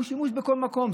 הוא שימוש בכל מקום.